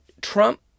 Trump